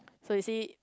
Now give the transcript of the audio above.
so you see